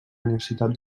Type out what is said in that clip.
universitat